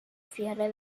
cierre